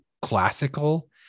classical